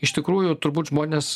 iš tikrųjų turbūt žmonės